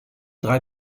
drei